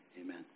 amen